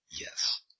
Yes